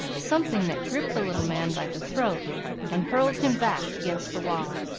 something that gripped the little man by the throat and hurled him back against the wall.